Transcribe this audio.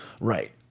Right